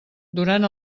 durant